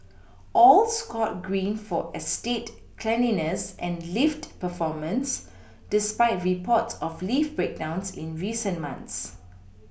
all scored green for estate cleanliness and lift performance despite reports of lift breakdowns in recent months